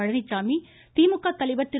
பழனிச்சாமி திமுக தலைவர் திரு